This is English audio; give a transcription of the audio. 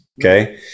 Okay